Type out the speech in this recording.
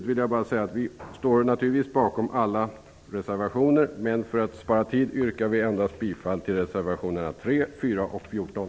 Vi står naturligtvis bakom alla reservationer, men för att spara tid yrkar vi endast bifall till reservationerna 3, 4 och 14.